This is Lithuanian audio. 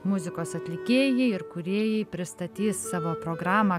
muzikos atlikėjai ir kūrėjai pristatys savo programą